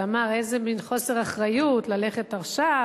שאמר: איזה מין חוסר אחריות ללכת עכשיו,